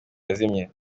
yazimye